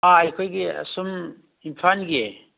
ꯑꯩꯈꯣꯏꯒꯤ ꯑꯁꯨꯝ ꯏꯝꯐꯥꯜꯒꯤ